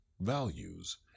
values